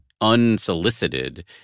unsolicited